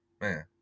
man